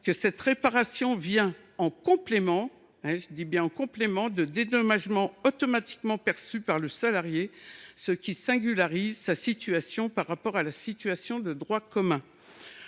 que cette réparation venait en complément de dédommagements automatiquement perçus par le salarié, ce qui singularisait sa situation par rapport à la situation de droit commun.